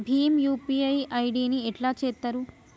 Bhim UPI ID ని ఎట్లా చేత్తరు?